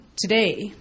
today